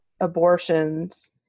abortions